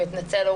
והוא מתנצל,